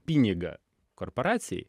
pinigą korporacijai